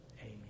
Amen